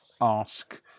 ask